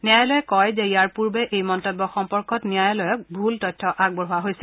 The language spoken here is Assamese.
ন্যায়ালয়ে কয় যে ইয়াৰ পূৰ্বে এই মন্তব্য সম্পৰ্কত ন্যায়ালয়ক ভুল তথ্য আগবঢ়োৱা হৈছিল